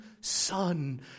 Son